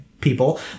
people